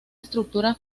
estructura